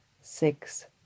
six